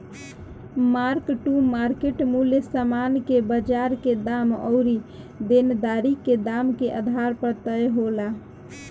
mark to market मूल्य समान के बाजार के दाम अउरी देनदारी के दाम के आधार पर तय होला